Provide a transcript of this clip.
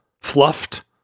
fluffed